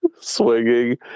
swinging